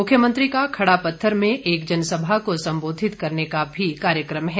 मुख्यमंत्री का खड़ापत्थर में एक जनसभा को संबोधित करने का भी कार्यक्रम है